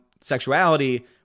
sexuality